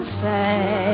say